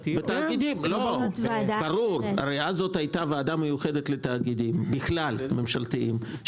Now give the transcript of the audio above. הרי אז זו הייתה וועדה מיוחדת לתאגידים בכלל ממשלתיים,